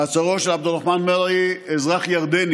מעצרו של עבד א-רחמן מרעי, אזרח ירדני,